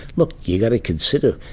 look, you got to consider,